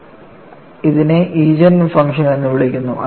അതിനെ eigen function എന്ന് വിളിക്കുന്നു